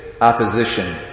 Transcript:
opposition